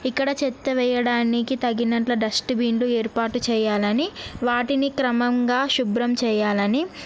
ఇక్కడ చెత్త వేయడానికి తగినట్లు డస్ట్బిన్లు ఏర్పాటు చేయాలి అని వాటిని క్రమంగా శుభ్రం చేయాలి అని